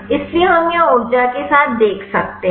इसलिए हम यहां ऊर्जा के साथ देख सकते हैं